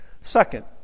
Second